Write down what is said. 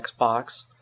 Xbox